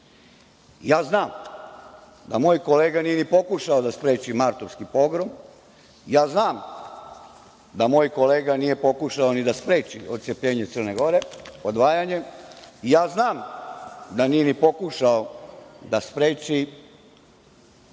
znam da moj kolega nije ni pokušao da spreči martovski pogrom. Ja znam da moj kolega nije pokušao ni da spreči otcepljenje Crne Gore, odvajanje. Ja znam da nije ni pokušao da spreči nezavisnost